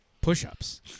push-ups